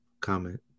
comment